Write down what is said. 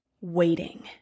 waiting